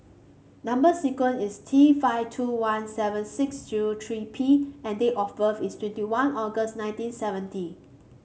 number sequence is T five two one seven six zero three P and date of birth is twenty one August nineteen seventy